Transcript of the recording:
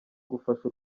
gufasha